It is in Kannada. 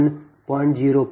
0 p